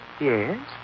Yes